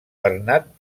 bernat